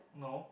no